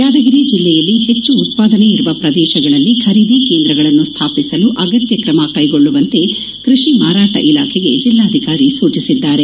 ಯಾದಗಿರಿ ಜಿಲ್ಲೆಯಲ್ಲಿ ಹೆಚ್ಚು ಉತ್ಪಾದನೆ ಇರುವ ಪ್ರದೇಶಗಳಲ್ಲಿ ಖರೀದಿ ಕೇಂದ್ರಗಳನ್ನು ಸ್ವಾಪಿಸಲು ಅಗತ್ಯ ಕ್ರಮಕೈಗೊಳ್ಳುವಂತೆ ಕೃಷಿ ಮಾರಾಟ ಇಲಾಖೆಗೆ ಜಿಲ್ಲಾಧಿಕಾರಿ ಸೂಚಿಸಿದ್ದಾರೆ